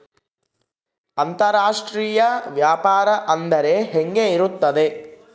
ಅಂತರಾಷ್ಟ್ರೇಯ ವ್ಯಾಪಾರ ಅಂದರೆ ಹೆಂಗೆ ಇರುತ್ತದೆ?